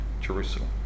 Jerusalem